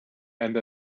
and